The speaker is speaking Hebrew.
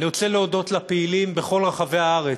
אני רוצה להודות לפעילים בכל רחבי הארץ,